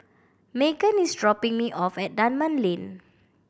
Maegan is dropping me off at Dunman Lane